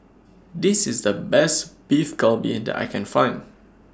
This IS The Best Beef Galbi that I Can Find